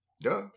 duh